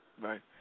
Right